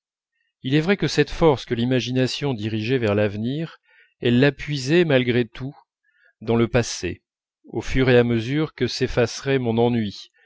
il est vrai que cette force que l'imagination dirigeait vers l'avenir elle la puisait malgré tout dans le passé au fur et à mesure que s'effacerait mon ennui